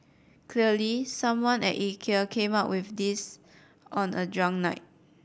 clearly someone at Ikea came up with this on a drunk night